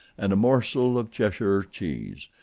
and a morsel of cheshire cheese,